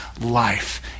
life